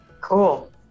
cool